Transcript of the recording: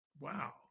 wow